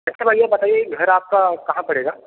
इसके बाद ये बताइए घर आपका कहाँ पड़ेगा